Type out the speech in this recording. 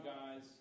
guys